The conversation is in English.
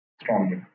strongly